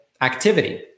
activity